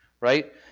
right